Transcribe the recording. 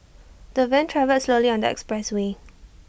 the van travelled slowly on the expressway